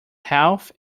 health